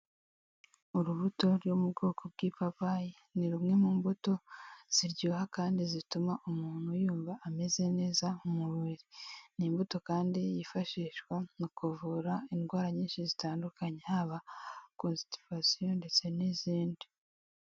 Urubuto rwo mu bwoko bw'ipapayi ni rumwe mu mbuto ziryoha kandi zituma umuntu yumva ameze neza mu mubiri ,ni imbuto kandi yifashishwa mu kuvura indwara nyinshi zitandukanye haba constipation ndetse n'izindi zindi.